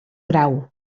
grau